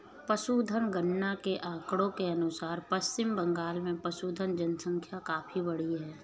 पशुधन गणना के आंकड़ों के अनुसार पश्चिम बंगाल में पशुधन जनसंख्या काफी बढ़ी है